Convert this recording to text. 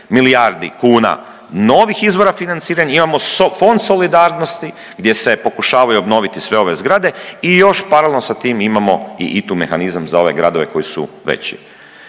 milijardi kuna novih izvora financiranja, imamo Fond solidarnosti gdje se pokušavaju obnoviti sve ove zgrade i još paralelno sa tim imamo i ITU mehanizam za ove gradove koji su veći.